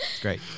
Great